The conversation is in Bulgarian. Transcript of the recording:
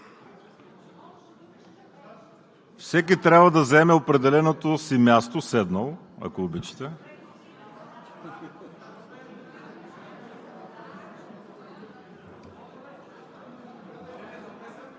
Всеки трябва да заеме определеното си място – седнал, ако обичате.